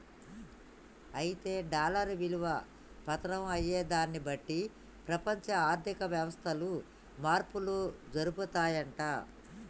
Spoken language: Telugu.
అయితే డాలర్ విలువ పతనం అయ్యేదాన్ని బట్టి ప్రపంచ ఆర్థిక వ్యవస్థలు మార్పులు జరుపుతాయంట